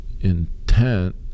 intent